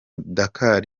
dakar